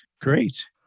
Great